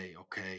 Okay